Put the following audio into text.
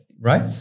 right